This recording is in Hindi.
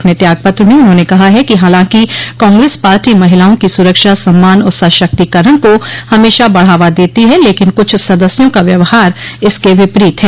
अपने त्याग पत्र में उन्होंने कहा है कि हालांकि कांग्रेस पार्टी महिलाओं की सुरक्षा सम्मान और सशक्तिकरण को हमेशा बढ़ावा देती है लेकिन कुछ सदस्यों का व्यवहार इसके विपरीत है